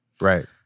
Right